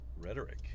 Rhetoric